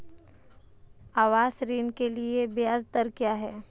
आवास ऋण के लिए ब्याज दर क्या हैं?